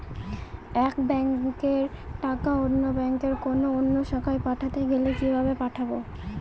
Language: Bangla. এক ব্যাংকের টাকা অন্য ব্যাংকের কোন অন্য শাখায় পাঠাতে গেলে কিভাবে পাঠাবো?